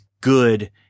good